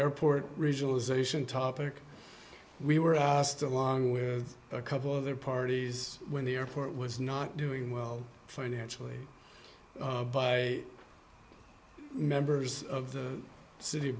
airport regionalization topic we were asked along with a couple of other parties when the airport was not doing well financially by members of the city